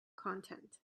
content